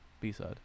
B-side